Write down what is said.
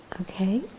Okay